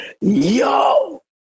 yo